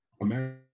America